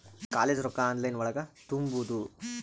College ರೊಕ್ಕ online ಒಳಗ ತುಂಬುದು?